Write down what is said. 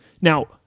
Now